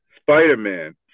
Spider-Man